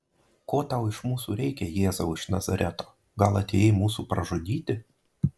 ko tau iš mūsų reikia jėzau iš nazareto gal atėjai mūsų pražudyti